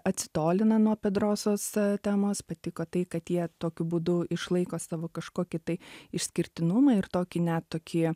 atsitolina nuo pedrosos temos patiko tai kad jie tokiu būdu išlaiko savo kažkokį tai išskirtinumą ir tokį ne tokį